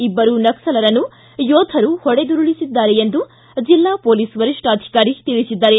ಇಬ್ಬರು ನಕ್ಷಲರನ್ನು ಯೋಧರು ಹೊಡೆದುರುಳಿಸಿದ್ದಾರೆ ಎಂದು ಜಿಲ್ಲಾ ಮೊಲೀಸ್ ವರಿಷ್ಠಾಧಿಕಾರಿ ತಿಳಿಸಿದ್ದಾರೆ